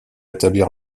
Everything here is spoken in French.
établir